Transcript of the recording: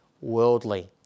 worldly